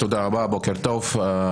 תודה רבה, בוקר טוב.